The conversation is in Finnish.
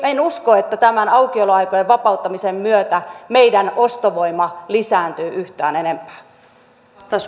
en usko että tämän aukioloaikojen vapauttamisen myötä meidän ostovoima lisääntyy yhtään enempää